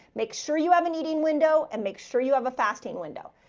make sure you have an eating window and make sure you have a fasting window.